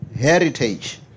heritage